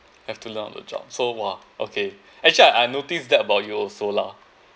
have to learn on the job so !wah! okay actually I I noticed that about you also lah